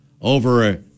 over